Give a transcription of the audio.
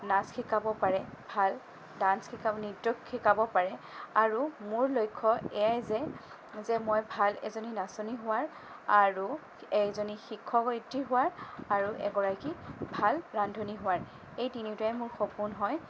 নাচ শিকাব পাৰে ভাল ডাঞ্চ শিকাব নৃত্য শিকাব পাৰে আৰু মোৰ লক্ষ্য এয়াই যে যে মই ভাল এজনী নাচনী হোৱাৰ আৰু এজনী শিক্ষয়িত্ৰী হোৱাৰ আৰু এগৰাকী ভাল ৰান্ধনী হোৱাৰ এই তিনিওটাই মোৰ সপোন হয়